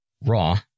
Raw